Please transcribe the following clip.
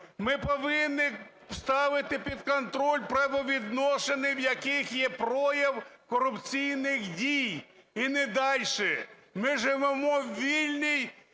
ми повинні ставити під контроль правовідносини, в яких є прояв корупційних дій, і не дальше. Ми живемо у вільній